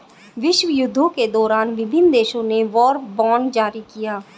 विश्वयुद्धों के दौरान विभिन्न देशों ने वॉर बॉन्ड जारी किया